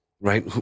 Right